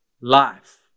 life